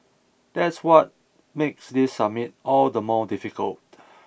that's what makes this summit all the more difficult